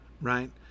right